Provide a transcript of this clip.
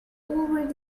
already